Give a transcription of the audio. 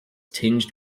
tinged